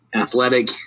Athletic